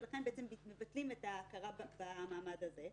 ולכן מבטלים את ההכרה במעמד הזה.